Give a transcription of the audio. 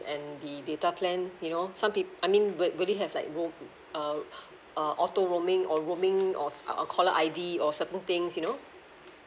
and the data plan you know some peop~ I mean would would it have like roam~ err uh auto roaming or roaming of uh a caller I_D or certain things you know